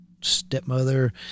stepmother